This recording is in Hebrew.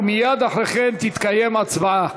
ומייד אחרי כן תתקיים הצבעה.